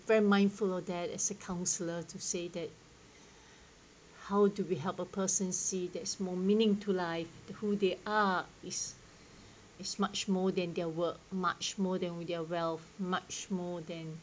very mindful of that as a counsellor to say that how do we help a person see there's more meaning to life the who they are is is much more than their work much more than with their wealth much more than